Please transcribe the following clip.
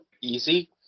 Easy